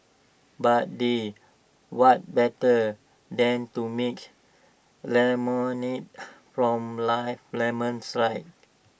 but they what better than to make lemonade from life's lemons right